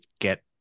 get